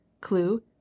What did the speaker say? Clue